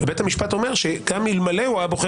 בית המשפט אומר שגם אלמלא הוא היה בוחר